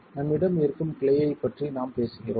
நம்மிடம் இருக்கும் கிளையைப் பற்றி நாம் பேசுகிறோம்